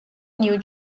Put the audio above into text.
ნიუ